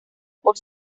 por